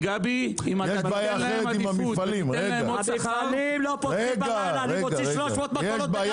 המפעלים לא פותחים בלילה.